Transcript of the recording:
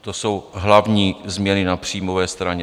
To jsou hlavní změny na příjmové straně.